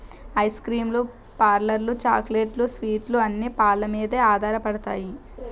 ice cream లు పార్లర్లు చాక్లెట్లు స్వీట్లు అన్ని పాలమీదే ఆధారపడతాయి